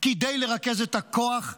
כדי לרכז את הכוח,